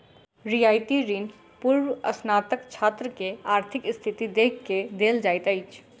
रियायती ऋण पूर्वस्नातक छात्र के आर्थिक स्थिति देख के देल जाइत अछि